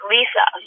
Lisa